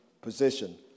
position